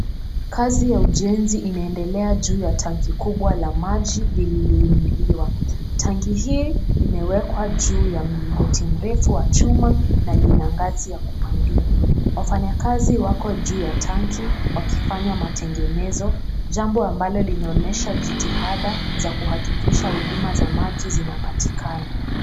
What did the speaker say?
Kazi ya ujenzi inaendelea juu ya tanki kubwa la maji liliinuliwa, tanki hii limewekwa juu ya mlingoti mrefu wa chuma na lina ngazi ya kupandia. Wafanyakazi wako juu ya tanki wakifanya matengenezo, jambo ambalo linaonyesha jitihada za kuhakikisha huduma za maji zinapatikana.